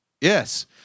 Yes